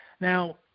Now